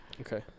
okay